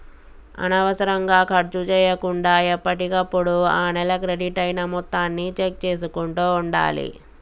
అనవసరంగా ఖర్చు చేయకుండా ఎప్పటికప్పుడు ఆ నెల క్రెడిట్ అయిన మొత్తాన్ని చెక్ చేసుకుంటూ ఉండాలి